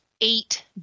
eight